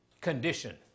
condition